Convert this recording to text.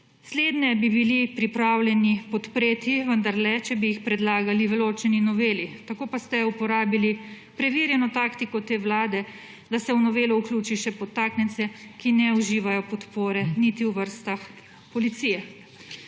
Slednje bi bili pripravljeni podpreti, vendarle če bi jih predlagali v ločeni noveli. Tako pa ste uporabili preverjeno taktiko te vlade, da se v novelo vključijo še potaknjenci, ki ne uživajo podpore niti v vrstah policije.